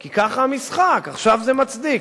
כי ככה המשחק, עכשיו זה מצדיק.